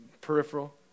peripheral